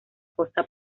costa